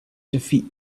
defeat